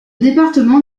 département